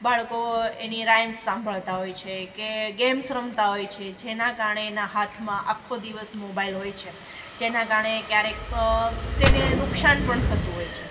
બાળકો એની રાઇમ સાંભળતા હોય છે કે ગેમ્સ રમતા હોય છે જેના કારણે એના હાથમાં આખો દિવસ મોબાઈલ હોય છે જેના કારણે એ ક્યારેક તેને નુકસાન પણ થતું હોય છે